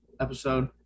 episode